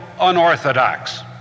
unorthodox